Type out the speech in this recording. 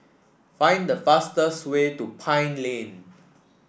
find the fastest way to Pine Lane